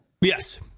Yes